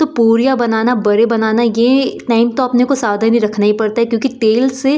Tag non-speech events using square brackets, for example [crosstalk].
तो पूरियाँ बनाना बड़े बनाना यह [unintelligible] तो अपने को सावधानी रखना ही पड़ता है क्योंकि तेल से